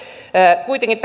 kuitenkin